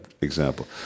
example